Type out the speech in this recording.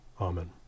Amen